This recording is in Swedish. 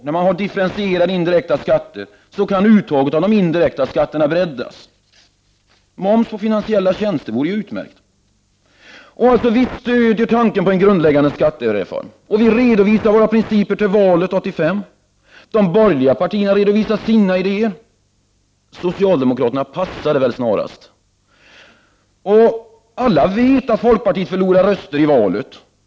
När man har differentierade indirekta skatter kan uttaget av de indirekta skatterna breddas. Moms på finansiella tjänster vore utmärkt. Vi stöder alltså tanken på en grundläggande skattereform. Vi redovisade ju våra principer inför valet 1985. De borgerliga partierna redovisade sina idéer. Men socialdemokraterna, skulle jag vilja säga, passade snarast. Alla vet att folkpartiet förlorade röster vid förra valet.